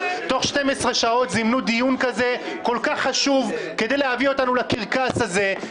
תוך 12 שעות זימון דיון כזה כל כך חשוב כדי להביא אותנו לקרקס הזה,